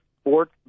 sports